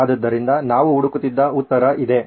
ಆದ್ದರಿಂದ ನಾವು ಹುಡುಕುತ್ತಿದ್ದ ಉತ್ತರ ಇದೆ